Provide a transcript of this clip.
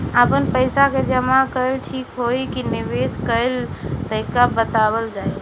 आपन पइसा के जमा कइल ठीक होई की निवेस कइल तइका बतावल जाई?